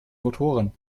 motoren